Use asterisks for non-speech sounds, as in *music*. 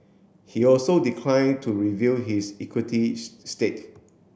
he also declined to reveal his equity *hesitation* stake